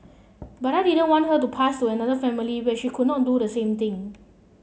but I didn't want her to passed to another family where she could not do the same thing